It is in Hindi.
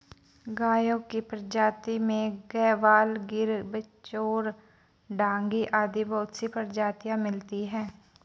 गायों की प्रजाति में गयवाल, गिर, बिच्चौर, डांगी आदि बहुत सी प्रजातियां मिलती है